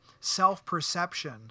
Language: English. self-perception